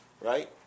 right